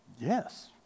yes